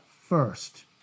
First